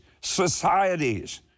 societies